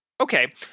Okay